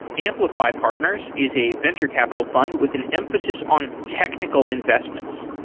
amplify partners is a venture capital fund with an emphasis on technical investments.